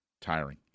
tiring